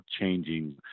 changing